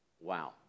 Wow